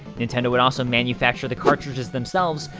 nintendo would also manufacture the cartridges themselves,